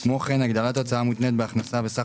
כמו כן הגדרת הוצאה המותנית בהכנסה בסך